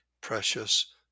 precious